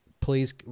please